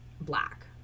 black